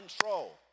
control